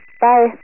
Bye